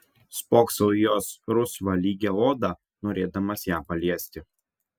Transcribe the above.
spoksau į jos rusvą lygią odą norėdamas ją paliesti